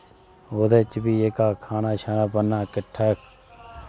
ओह्दै च बी जेह्का खाना शाना बनाने किट्ठा